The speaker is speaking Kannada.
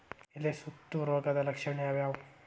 ಎಲೆ ಸುತ್ತು ರೋಗದ ಲಕ್ಷಣ ಯಾವ್ಯಾವ್?